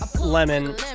Lemon